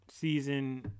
season